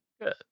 Good